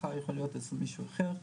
מחר יכול להיות אצל מישהו אחר,